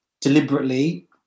deliberately